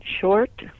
short